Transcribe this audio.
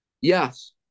Yes